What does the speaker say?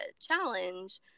challenge